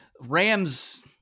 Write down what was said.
Rams